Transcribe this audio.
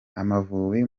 amavubi